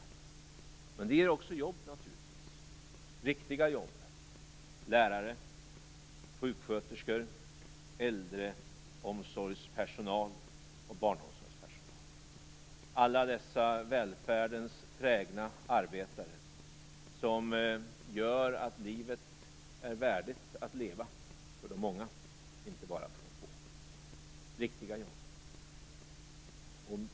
Det ger naturligtvis också jobb, riktiga jobb - lärare, sjuksköterskor, äldreomsorgspersonal och barnomsorgspersonal, alla dessa välfärdens trägna arbetare som gör att livet är värdigt att leva för de många, inte bara för de få.